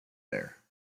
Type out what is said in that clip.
there